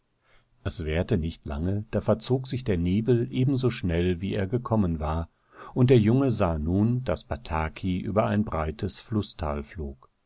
es währte nicht lange da verzog sich der nebel ebenso schnell wie er gekommen war und der junge sah nun daß bataki über ein breites flußtal flog